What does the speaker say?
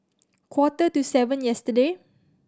quarter to seven yesterday